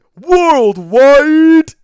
worldwide